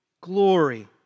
glory